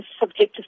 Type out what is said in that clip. subjective